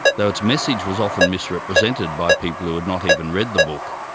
though its message was often misrepresented by people who had not even read the book,